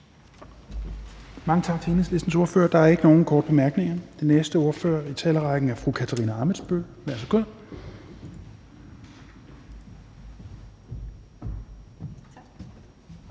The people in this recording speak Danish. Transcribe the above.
Mange tak til Enhedslistens ordfører. Der er ikke nogen korte bemærkninger. Den næste ordfører i talerrækken er fru Katarina Ammitzbøll. Værsgo.